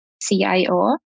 CIO